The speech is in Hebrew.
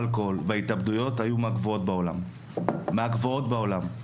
אלכוהול וההתאבדויות היו מהגבוהות בעולם.